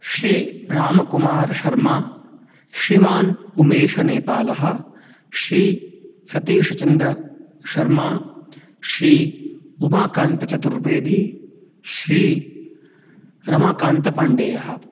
श्रीरामकुमार् शर्मा श्रीमान् उमेशनेपालः श्रीसतीष्चन्द्रशर्मा श्री उमाकान्तचतुर्वेदी श्रीरमाकान्तपाण्डेयः